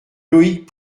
loïc